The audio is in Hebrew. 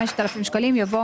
במקום "5,000" יבוא